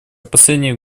последние